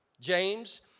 James